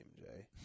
MJ